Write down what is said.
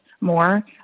more